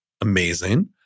Amazing